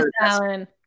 Alan